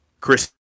Chris